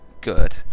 good